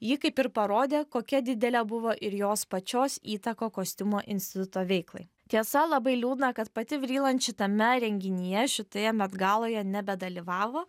ji kaip ir parodė kokia didelė buvo ir jos pačios įtaka kostiumo instituto veiklai tiesa labai liūdna kad pati vryland šitame renginyje šitoje met galoje nebedalyvavo